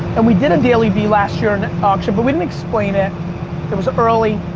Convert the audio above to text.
and we did a dailyvee last year in auction, but we didn't explain it. it was early,